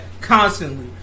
constantly